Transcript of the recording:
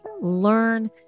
learn